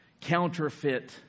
counterfeit